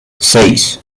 seis